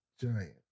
giant